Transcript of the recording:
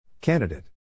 Candidate